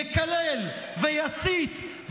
יקלל ויסית,